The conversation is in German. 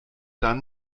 dann